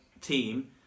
team